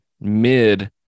mid